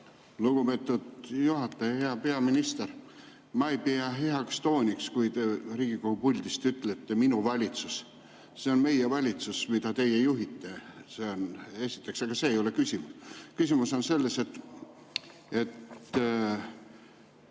Lugupeetud juhataja! Hea peaminister! Ma ei pea heaks tooniks, kui te Riigikogu puldist ütlete "minu valitsus". See on meie valitsus, mida teie juhite. Seda esiteks, aga see ei ole küsimus. Küsimus on selles, et